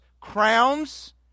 Crowns